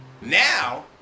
now